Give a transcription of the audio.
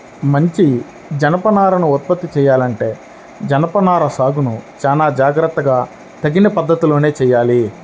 మంచి జనపనారను ఉత్పత్తి చెయ్యాలంటే జనపనార సాగును చానా జాగర్తగా తగిన పద్ధతిలోనే చెయ్యాలి